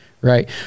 right